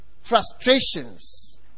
frustrations